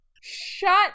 shut